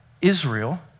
Israel